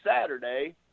Saturday